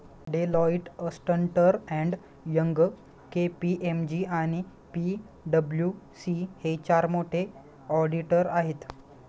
Deloitte, अस्न्टर and Young, KPMG आणि PWC हे चार मोठे ऑडिटर आहेत